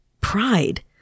pride